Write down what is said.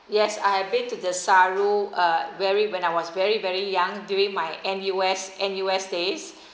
yes I have been to desaru uh very when I was very very young during my N_U_S N_U_S days